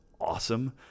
awesome